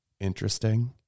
interesting